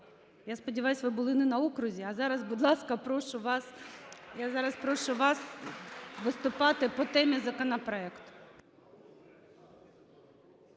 Я сподіваюсь, ви були не на окрузі. А зараз, будь ласка, прошу вас, я зараз прошу вас виступати по темі законопроекту.